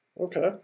okay